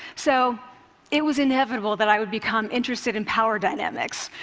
so it was inevitable that i would become interested in power dynamics.